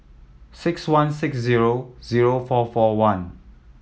six one six zero zero four four one